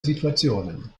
situationen